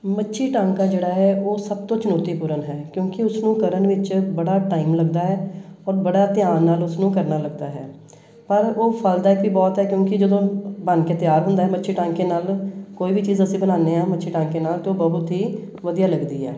ਮੱਛੀ ਟਾਂਕਾ ਜਿਹੜਾ ਹੈ ਉਹ ਸਭ ਤੋਂ ਚੁਣੌਤੀਪੂਰਨ ਹੈ ਕਿਉਂਕਿ ਉਸਨੂੰ ਕਰਨ ਵਿੱਚ ਬੜਾ ਟਾਈਮ ਲੱਗਦਾ ਹੈ ਔਰ ਬੜਾ ਧਿਆਨ ਨਾਲ ਉਸਨੂੰ ਕਰਨਾ ਲੱਗਦਾ ਹੈ ਪਰ ਉਹ ਫਲਦਾਇਕ ਵੀ ਬਹੁਤ ਹੈ ਕਿਉਂਕਿ ਜਦੋਂ ਬਣ ਕੇ ਤਿਆਰ ਹੁੰਦਾ ਮੱਛੀ ਟਾਂਕੇ ਨਾਲ ਕੋਈ ਵੀ ਚੀਜ਼ ਅਸੀਂ ਬਣਾਉਂਦੇ ਹਾਂ ਮੱਛੀ ਟਾਂਕੇ ਨਾਲ ਤਾਂ ਉਹ ਬਹੁਤ ਹੀ ਵਧੀਆ ਲੱਗਦੀ ਹੈ